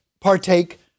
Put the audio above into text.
partake